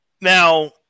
Now